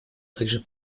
также